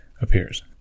appears